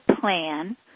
plan